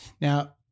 Now